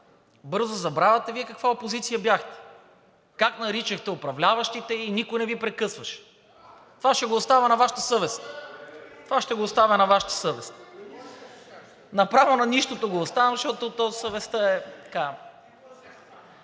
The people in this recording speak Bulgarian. бързо забравяте Вие каква опозиция бяхте, как наричахте управляващите и никой не Ви прекъсваше. Това ще го оставя на Вашата съвест. (Шум и реплики.) Това ще го оставя на Вашата съвест. Направо на нищото го оставям, защото съвестта